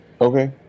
Okay